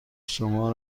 شما